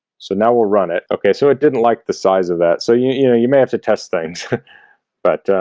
so now we'll run it, okay, so it didn't like the size of that so, you you know, you may have to test things but